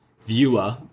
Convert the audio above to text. viewer